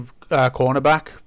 cornerback